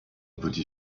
petit